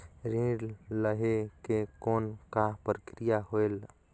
ऋण लहे के कौन का प्रक्रिया होयल?